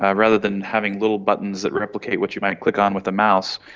ah rather than having little buttons that replicate what you might click on with a mouse,